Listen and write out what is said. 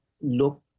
look